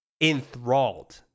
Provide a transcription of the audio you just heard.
enthralled